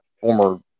former